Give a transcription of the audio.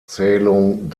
zählung